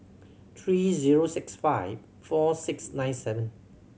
three zero six five four six nine seven